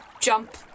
jump